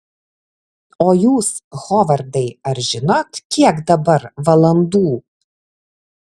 o jūs hovardai ar žinot kiek dabar valandų